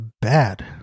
bad